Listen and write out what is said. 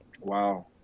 Wow